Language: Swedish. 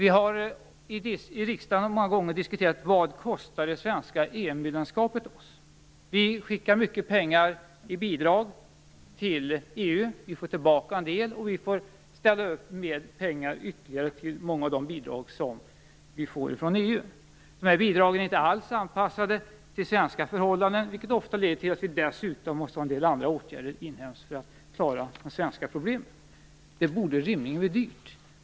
I riksdagen har vi många gånger diskuterat vad det svenska EU-medlemskapet kostar oss. Vi skickar mycket pengar i bidrag till EU. Vi får tillbaka en del, och vi får ställa upp med ytterligare pengar vad gäller många av de bidrag som vi får från EU. Dessa bidrag är inte alls anpassade till svenska förhållanden, vilket ofta leder till att vi dessutom måste vidta en del andra inhemska åtgärder för att klara av de svenska problemen. Det borde rimligen bli dyrt.